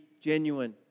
genuine